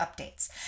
updates